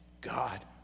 God